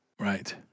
Right